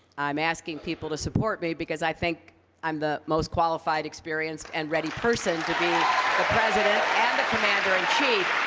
i'm asking people to support me because i think i'm the most qualified, experienced, and ready person to be the president and the commander and